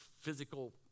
physical